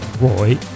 roy